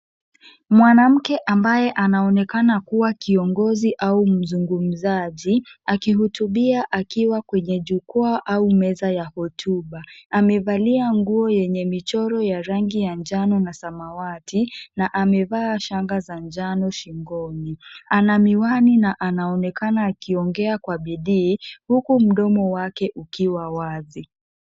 Mwanamke ambaye anaonekana kuwa kiongozi au mzungumzaji, akihutubia akiwa kwenye jukwaa au meza ya hotuba. Amevalia nguo yenye michoro ya rangi ya njano na samawati na amevaa shanga za njano shingoni. Ana miwani na anaonekana akiongea kwa bidii huku mdomo wake ukiwa wazi.